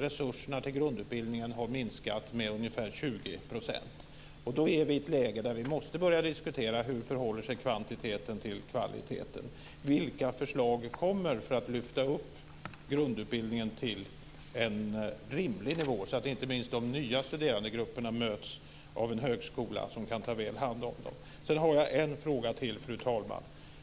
resurserna till grundutbildningen har minskat med ungefär 20 %. Då är vi i ett läge där vi måste börja diskutera hur kvantiteten förhåller sig till kvaliteten. Vilka förslag kommer för att lyfta upp grundutbildningen till en rimlig nivå? Det är inte minst viktigt för att de nya studerandegrupperna ska mötas av en högskola som kan ta väl hand om dem. Sedan har jag en fråga till, fru talman.